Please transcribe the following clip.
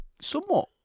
somewhat